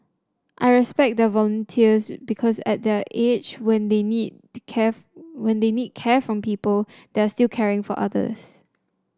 I respect their volunteers because at their age when they need when they need care from people they are still caring for others